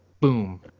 Boom